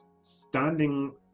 standing